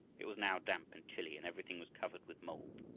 it was now damp and chilly and everything was covered with mold.